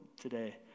today